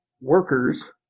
workers